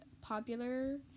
popular